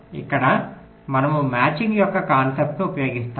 ఇక్కడ మనము మ్యాచింగ్ యొక్క కాన్సెప్టు ఉపయోగిస్తాము